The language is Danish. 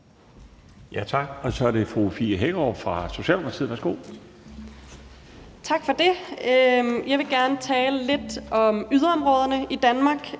Tak for det. Jeg vil gerne tale lidt om yderområderne i Danmark.